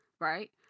right